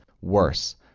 Worse